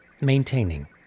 maintaining